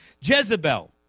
Jezebel